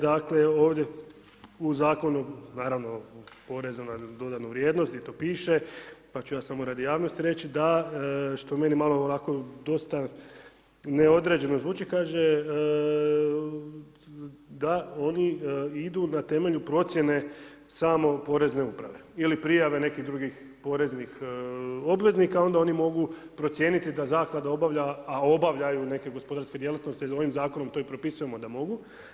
Dakle, ovdje u zakonu, naravno porezu na dodanu vrijednost, gdje to i piše, pa ću ja samo radi javnosti reći, da što je meni malo, onako dosta neodređeno zvuči, kaže, da oni idu na temelju procjene, samo porezne uprave ili prijave nekih drugih poreznih obveznika onda oni mogu procijeniti da zaklada obavlja, a obavljaju neke gospodarske djelatnosti, ovim zakonom to i propisujemo da mogu.